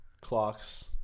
clocks